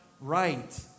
right